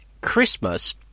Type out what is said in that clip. Christmas